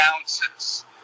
ounces